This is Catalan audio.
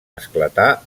esclatar